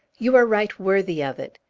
you are right worthy of it.